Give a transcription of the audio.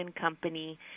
company